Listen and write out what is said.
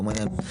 ואומר להם: